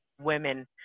women